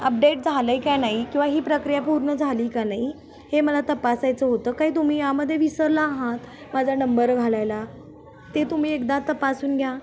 update झालं आहे का नाही किंवा ही प्रक्रिया पूर्ण झाली का नाही हे मला तपासायचं होतं काही तुम्ही यामध्ये विसरला आहात माझा नंबर घालायला ते तुम्ही एकदा तपासून घ्या